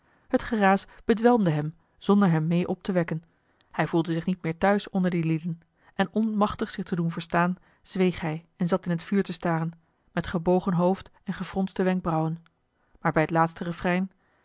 het geraas bedwelmde hem zonder hem meê op te wekken hij voelde zich niet meer t'huis onder die lieden en onmachtig om zich te doen verstaan zweeg hij en zat in t vuur te staren met gebogen hoofd en gefronste wenkbrauwen maar bij het laatste refrein